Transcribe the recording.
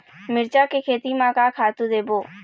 मिरचा के खेती म का खातू देबो?